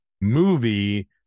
movie